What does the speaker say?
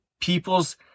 people's